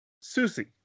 Susie